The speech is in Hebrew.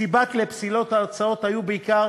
הסיבות לפסילת ההצעות היו בעיקר